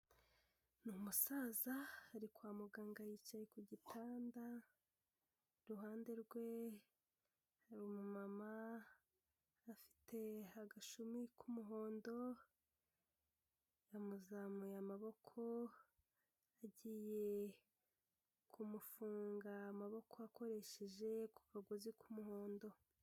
Ni umusaza ari kwa muganga yicaye ku gitanda, iruhande rwe hari umumama afite agashumi k'umuhondo yamuzamuye amaboko, agiye kumufunga amaboko akoresheje akagozi k'umuhondo.